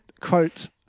Quote